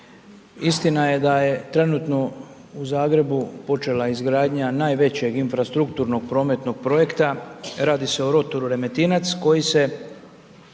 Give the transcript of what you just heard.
Istina je da je trenutno u Zagreba počela izgradnja najvećeg infrastrukturnog prometnog projekta, radi se o rotoru Remetinec, koji se